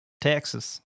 Texas